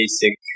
basic